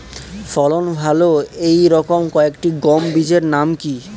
ফলন ভালো এই রকম কয়েকটি গম বীজের নাম কি?